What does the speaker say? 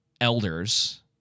elders